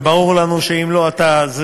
וברור לנו שאם לא אתה,